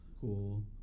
cool